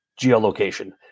geolocation